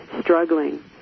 struggling